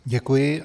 Děkuji.